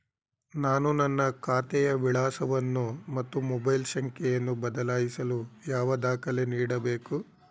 ನಾನು ನನ್ನ ಖಾತೆಯ ವಿಳಾಸವನ್ನು ಮತ್ತು ಮೊಬೈಲ್ ಸಂಖ್ಯೆಯನ್ನು ಬದಲಾಯಿಸಲು ಯಾವ ದಾಖಲೆ ನೀಡಬೇಕು?